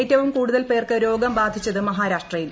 ഏറ്റവും കൂടുതൽ പേർക്ക് രോഗം ബാധിച്ചത് മഹാരാഷ്ട്രയിൽ